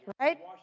right